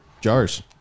jars